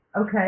Okay